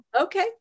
okay